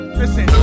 listen